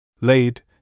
Laid